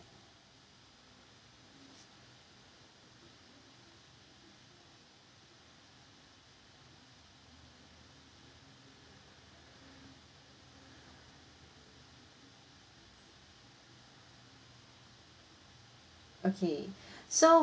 okay so